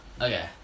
Okay